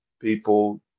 people